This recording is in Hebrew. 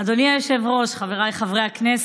אדוני היושב-ראש, חבריי חברי הכנסת,